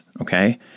Okay